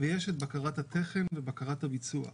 ויש את בקרת התכן ובקרת הביצוע.